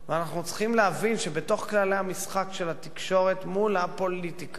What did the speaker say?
אנחנו צריכים להבין שבתוך כללי המשחק של התקשורת מול הפוליטיקה,